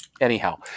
anyhow